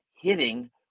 hitting